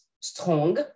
strong